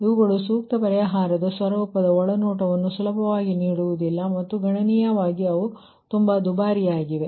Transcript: ಇವುಗಳು ಸೂಕ್ತ ಪರಿಹಾರದ ಸ್ವರೂಪದ ಒಳನೋಟವನ್ನು ಸುಲಭವಾಗಿ ನೀಡುವುದಿಲ್ಲ ಮತ್ತು ಕಂಪ್ಯೂಟೇಷನ್ ಮಾಡಲು ಅವು ತುಂಬಾ ದುಬಾರಿಯಾಗಿದೆ